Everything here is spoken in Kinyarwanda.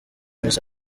wese